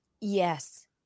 Yes